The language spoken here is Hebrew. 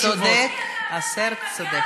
השר צודק, השר צודק.